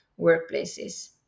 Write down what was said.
workplaces